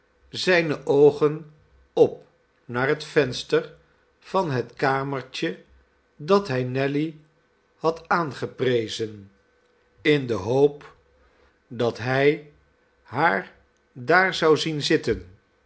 zijne oogen op naar het venster van het kamertje dat hij nelly had aangeprekit verdient den tweeden halven shilling zen in de hoop dat hij haar daar zou zien zitten